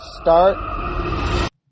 start